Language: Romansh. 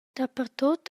dapertut